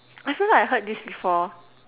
I feel like I've heard this before